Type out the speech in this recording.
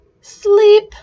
sleep